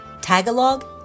Tagalog